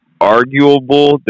arguable